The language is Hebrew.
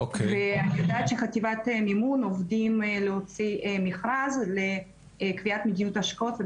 אני יודעת שחטיבת מימון עובדים על להוציא מכרז לקביעת מדיניות השקעות,